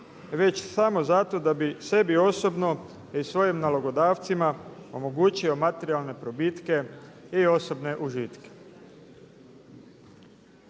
već samo zato da bi sebi osobno i svojim nalogodavcima omogućio materijalne probitke i osobne užitke.